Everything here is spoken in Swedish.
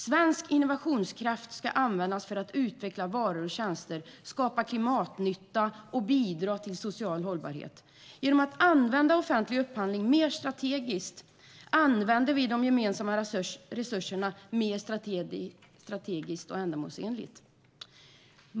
Svensk innovationskraft ska användas för att utveckla varor och tjänster, skapa klimatnytta och bidra till social hållbarhet. Genom att använda offentlig upphandling mer strategiskt använder vi de gemensamma resurserna mer strategiskt och ändamålsenligt.